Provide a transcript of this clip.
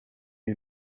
est